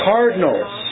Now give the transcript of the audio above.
Cardinals